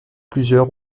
plusieurs